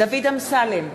דוד אמסלם,